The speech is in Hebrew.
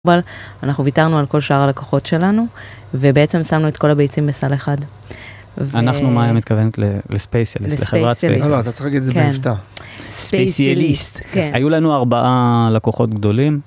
אנחנו ויתרנו על כל שאר הלקוחות שלנו ובעצם שמנו את כל הביצים בסל אחד אנחנו מה את מתכוונת? לספייסיאליסט, את צריכה להגיד את זה עם מבטא, לחברת ספייסיאליסט ספייסיאליסט, היו לנו ארבעה לקוחות גדולים